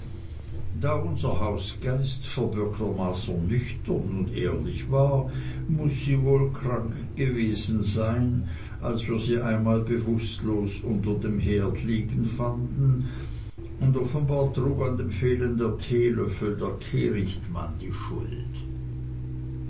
da unser hausgeist verbürgtermaßen nüchtern und ehrlich war muß sie wohl krank gewesen sein als wir sie einmal bewußtlos unter dem herd liegen fanden und offenbar trug an dem fehlen der teelöffel der kehrichtmann die schuld